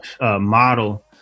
model